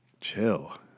Chill